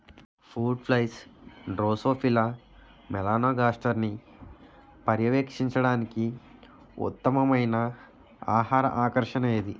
Fruit flies drosophila మెలనోగాస్టర్ని పర్యవేక్షించడానికి ఉత్తమమైన ఆహార ఆకర్షణ ఏది?